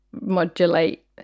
modulate